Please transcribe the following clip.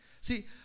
See